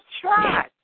try